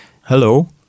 Hello